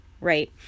right